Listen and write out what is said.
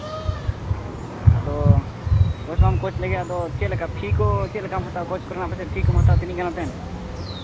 ᱟᱪᱪᱷᱟ ᱟᱫᱚ ᱠᱳᱪ ᱢᱟᱢ ᱠᱳᱪ ᱞᱮᱜᱮ ᱟᱫᱚ ᱪᱮᱫ ᱞᱮᱠᱟ ᱯᱷᱤ ᱠᱚ ᱪᱮᱫ ᱞᱮᱠᱟᱢ ᱦᱟᱛᱟᱣᱟ ᱠᱳᱪ ᱠᱚᱨᱮᱱᱟᱜ ᱯᱟᱪᱮᱜ ᱯᱷᱤ ᱠᱚᱢ ᱦᱟᱛᱟᱣ ᱛᱤᱱᱟᱹᱜ ᱜᱟᱱ ᱠᱟᱛᱮᱫ